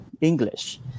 English